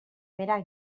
primera